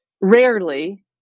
rarely